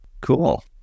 Cool